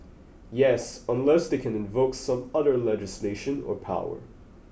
yes unless they can invoke some other legislation or power